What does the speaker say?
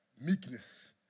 Meekness